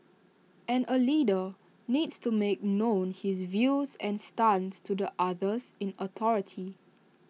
and A leader needs to make known his views and stance to the others in authority